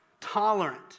tolerant